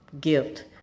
gift